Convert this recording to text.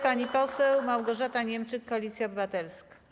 Pani poseł Małgorzata Niemczyk, Koalicja Obywatelska.